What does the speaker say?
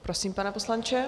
Prosím, pane poslanče.